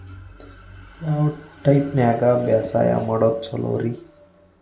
ಯಾವ ಟೈಪ್ ನ್ಯಾಗ ಬ್ಯಾಸಾಯಾ ಮಾಡೊದ್ ಛಲೋರಿ?